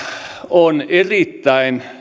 on erittäin